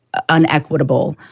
unequitable,